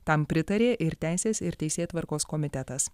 tam pritarė ir teisės ir teisėtvarkos komitetas